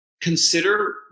consider